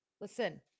Listen